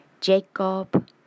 Jacob